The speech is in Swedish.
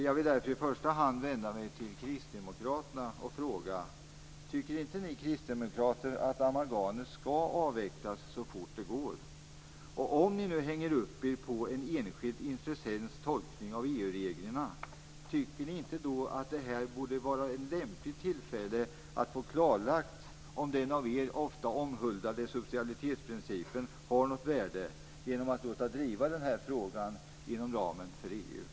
Jag vill därför i första hand vända mig till Kristdemokraterna och fråga: Tycker inte ni kristdemokrater att amalgamet skall avvecklas så fort det går? Och om ni nu hänger upp er på en enskild intressents tolkning av EU-reglerna, tycker ni inte då att detta borde vara ett lämpligt tillfälle att få klarlagt om den av er ofta omhuldade subisidiaritetsprincipen har något värde genom att låta driva denna fråga inom ramen för EU?